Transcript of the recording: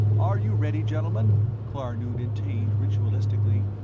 are you ready, gentlemen? klarnood intoned ritualistically.